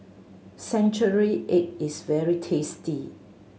century egg is very tasty